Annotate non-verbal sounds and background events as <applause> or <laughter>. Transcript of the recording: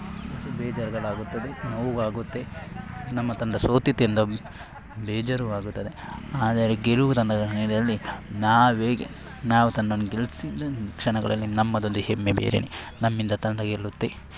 <unintelligible> ಬೇಜಾರುಗಳಾಗುತ್ತದೆ ನೋವಾಗುತ್ತೆ ನಮ್ಮ ತಂಡ ಸೋತಿತಿಂದ ಬೇಜಾರು ಆಗುತ್ತದೆ ಆದರೆ ಗೆಲುವು ತಂದ <unintelligible> ನಾವೇ ನಾವು ತಂಡವನ್ನು ಗೆಲ್ಸಿದ ಕ್ಷಣಗಳಲ್ಲಿ ನಮ್ಮದೊಂದು ಹೆಮ್ಮೆ ಬೇರೆನೇ ನಮ್ಮಿಂದ ತಂಡ ಗೆಲ್ಲುತ್ತೆ